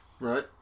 Right